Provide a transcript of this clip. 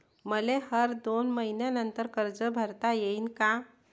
मले हर दोन मयीन्यानंतर कर्ज भरता येईन का?